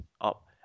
up